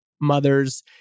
mothers